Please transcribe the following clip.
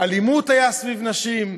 אלימות הייתה סביב נשים,